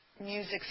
music